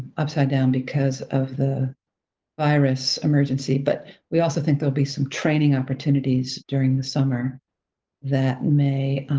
upside down because of the virus emergency, but we also think there'll be some training opportunities during the summer that may,